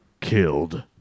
Killed